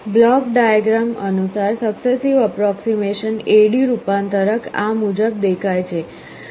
block diagram અનુસાર successive approximation AD રૂપાંતરક આ મુજબ દેખાય છે